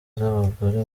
z’abagore